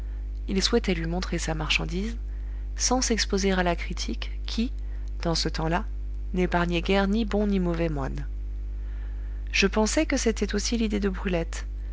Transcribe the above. il souhaitait lui montrer sa marchandise sans s'exposer à la critique qui dans ce temps-là n'épargnait guère ni bons ni mauvais moines je pensai que c'était aussi l'idée de brulette